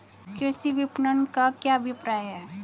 कृषि विपणन का क्या अभिप्राय है?